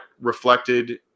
reflected